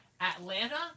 Atlanta